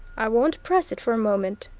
i won't press it for a moment,